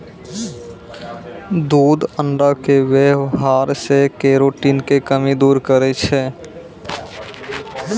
दूध अण्डा के वेवहार से केरोटिन के कमी दूर करै छै